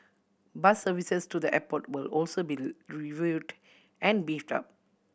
bus services to the airport will also be reviewed and beefed up